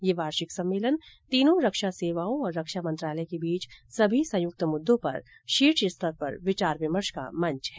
यह वार्षिक सम्मेलन तीनों रक्षा सेवाओं और रक्षा मंत्रालय के बीच समी संयुक्त मुद्दों पर शीर्ष स्तर पर विचार विमर्श का मंच है